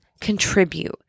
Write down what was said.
contribute